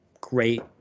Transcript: great